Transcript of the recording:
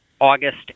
August